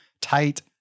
tight